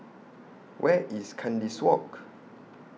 Where IS Kandis Walk